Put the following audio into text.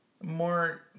More